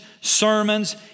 sermons